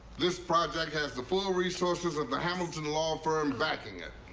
this project has. the full resources of the hamilton law firm backing it.